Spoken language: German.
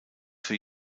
für